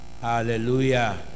Hallelujah